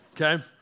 Okay